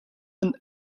and